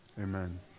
Amen